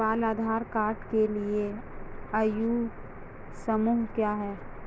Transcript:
बाल आधार कार्ड के लिए आयु समूह क्या है?